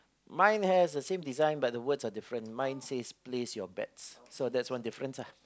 mine has the same design but the words are different mine says place your bags so that's one difference lah